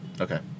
Okay